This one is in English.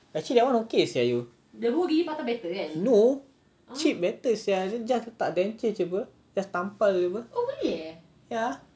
actually that [one] okay sia no chip better sia dia just letak denture jer apa just tampal jer apa